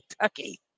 Kentucky